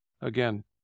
again